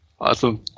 Awesome